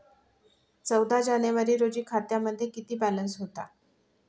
चौदा जानेवारी रोजी खात्यामध्ये किती बॅलन्स होता?